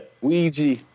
Ouija